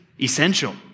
essential